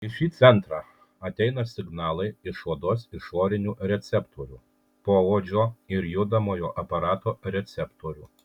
į šį centrą ateina signalai iš odos išorinių receptorių poodžio ir judamojo aparato receptorių